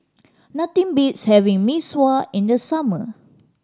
nothing beats having Mee Sua in the summer